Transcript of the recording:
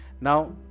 now